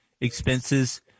expenses